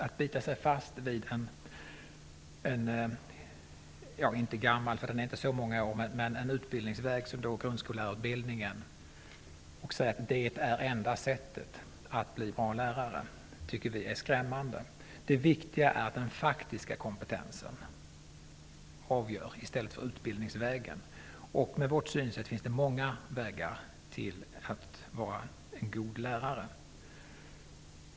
Att bita sig fast vid en utbildningsväg som grundskollärarutbildningen som det enda sättet att bli en bra lärare tycker vi är skrämmande. Det viktiga är att den faktiska kompetensen får avgöra i stället för utbildningsvägen. Med vårt synsätt finns det många vägar till att vara en god lärare.